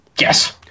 Yes